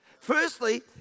Firstly